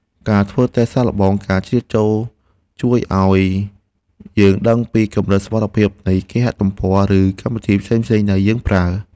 ការធ្វើតេស្តសាកល្បងការជ្រៀតចូលជួយឱ្យយើងដឹងពីកម្រិតសុវត្ថិភាពនៃគេហទំព័រ ឬកម្មវិធីផ្សេងៗដែលយើងប្រើ។